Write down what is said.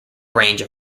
range